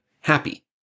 happy